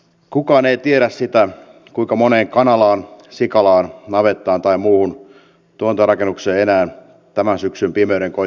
kukaan ei tiedä sitä kuinka moneen kanalaan sikalaan navettaan tai muuhun tuotantorakennukseen enää tämän syksyn pimeyden koittaessa valot syttyvät